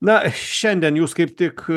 na šiandien jūs kaip tik